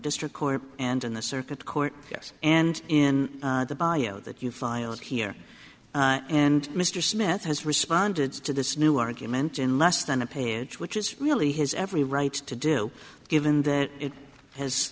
district court and in the circuit court yes and in the bio that you filed here and mr smith has responded to this new argument in less than a page which is really has every right to do given that it has